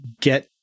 get